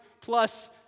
plus